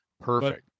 Perfect